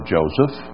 Joseph